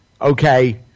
okay